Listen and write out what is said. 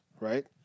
right